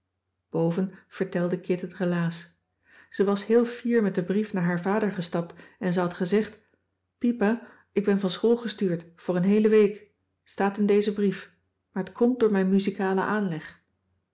boven vertelde kit het relaas ze was heel fier met den brief naar haar vader gestapt en ze had gezegd pipa ik ben van school gestuurd voor een heele week t staat in dezen brief maar t komt door mijn muzikalen aanleg